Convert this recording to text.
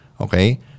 Okay